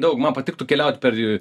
daug man patiktų keliaut per